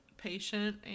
patient